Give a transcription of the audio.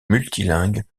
multilingue